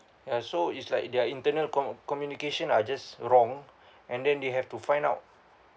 ya so it's like their internal com~ communication are just wrong and then they have to find out